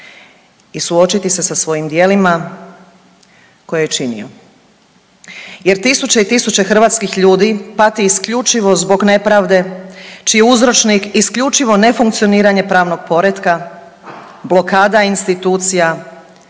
i suočiti se sa svojim djelima koje je činio, jer tisuće i tisuće hrvatskih ljudi pati isključivo zbog nepravde čiji je uzročnik isključivo nefunkcioniranje pravnog poretka, blokada institucija